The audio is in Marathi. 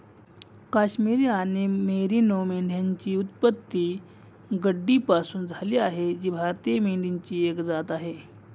काश्मिरी आणि मेरिनो मेंढ्यांची उत्पत्ती गड्डीपासून झाली आहे जी भारतीय मेंढीची एक जात आहे